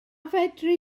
fedri